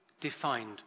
defined